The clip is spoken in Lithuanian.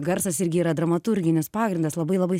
garsas irgi yra dramaturginis pagrindas labai labai